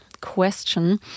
question